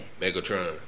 Megatron